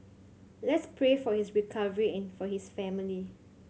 let's pray for his recovery and for his family